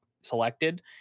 selected